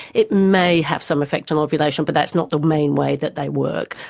it may have some affect on ovulation but that's not the main way that they work.